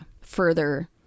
further